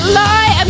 lie